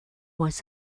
was